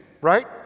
Right